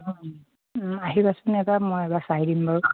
অঁ আহিবাচোন এবাৰ মই এবাৰ চাই দিম বাৰু